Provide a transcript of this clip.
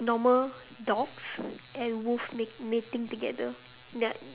normal dogs and wolf mate mating together